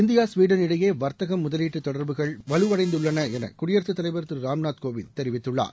India Sweden இடையே வர்த்தகம் முதலீட்டு தொடர்புகள் வலுவடைந்துள்ள குடியரசு தலைவர் திரு ராம்நாத் கோவிந்த் தெரிவித்துள்ளார்